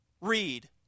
Read